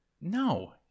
No